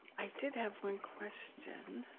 i did have one question.